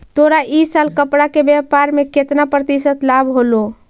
तोरा इ साल कपड़ा के व्यापार में केतना प्रतिशत लाभ होलो?